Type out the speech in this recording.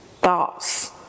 thoughts